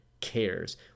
cares